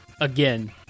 again